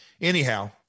anyhow